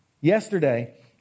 Yesterday